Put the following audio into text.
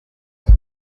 nzu